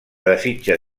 desitja